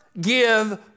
give